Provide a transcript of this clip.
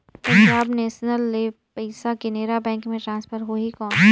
Punjab national ले पइसा Canara bank मे ट्रांसफर होहि कौन?